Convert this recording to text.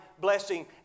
blessing